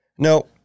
No